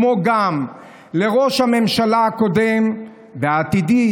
כמו גם לראש הממשלה הקודם והעתידי,